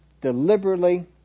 deliberately